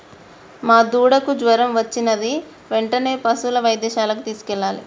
మా దూడకు జ్వరం వచ్చినది వెంటనే పసుపు వైద్యశాలకు తీసుకెళ్లాలి